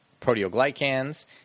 proteoglycans